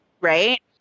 Right